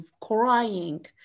crying